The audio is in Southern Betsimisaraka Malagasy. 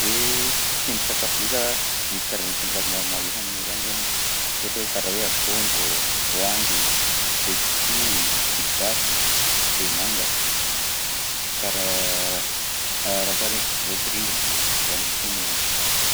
De tsindrin-sakafo ndraika, misy karazana sindrin-sakafo maromaro eka aminay akagny zany a, ohatra hoe karaha hoe akondro, voangy, letchi, pibasy, de manga, karaha raha koa araika voasirindrina, zany aby si aminay akagny.